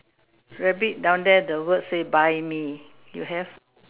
very big down there the word says buy me you have